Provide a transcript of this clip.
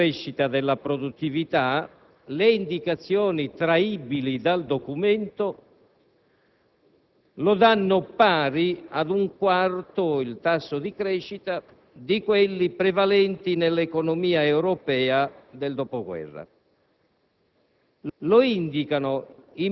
Quanto al tasso di crescita della produttività, le indicazioni che si traggono dal Documento lo danno pari ad un quarto di quelli prevalenti nell'economia europea del dopoguerra.